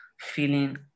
feeling